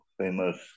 famous